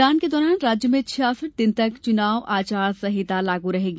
मतदान के दौरान राज्य में छियासठ दिन तक चुनाव आचार संहिता लागू रहेगी